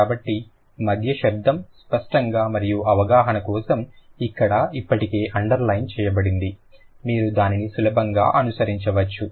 కాబట్టి మధ్య శబ్దం స్పష్టంగా మరియు అవగాహన కోసం ఇక్కడ ఇప్పటికే అండర్లైన్ చేయబడింది మీరు దానిని సులభంగా అనుసరించవచ్చు